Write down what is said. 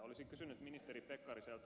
olisin kysynyt ministeri pekkariselta